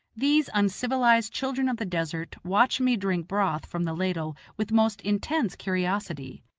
these uncivilized children of the desert watch me drink broth from the ladle with most intense curiosity.